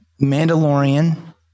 Mandalorian